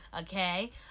Okay